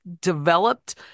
developed